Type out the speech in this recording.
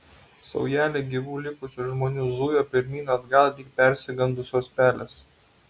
saujelė gyvų likusių žmonių zujo pirmyn atgal lyg persigandusios pelės